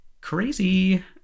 Crazy